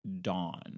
dawn